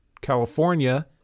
California